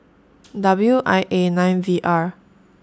W I A nine V R